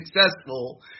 successful